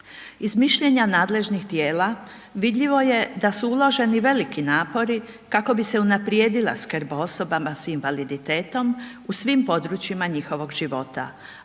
Iz mišljenja nadležnih tijela vidljivo je da su uloženi veliki napori kako bi se unaprijedila skrb o osobama s invaliditetom u svim područjima njihovog života,